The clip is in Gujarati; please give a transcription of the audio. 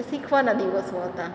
એ શીખવાના દિવસો હતા